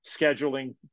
scheduling